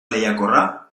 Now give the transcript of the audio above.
lehiakorra